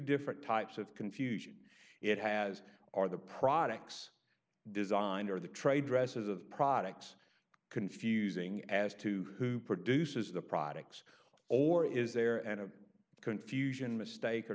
different types of confusion it has are the products designer the trade dress is of products confusing as to who produces the products or is there and of confusion mistake or